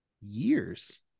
years